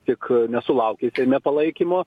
tik nesulaukė seime palaikymo